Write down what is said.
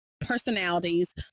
personalities